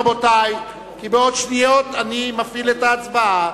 רבותי, כי בעוד שניות אני מפעיל את ההצבעה.